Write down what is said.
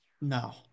No